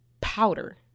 powder